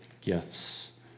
gifts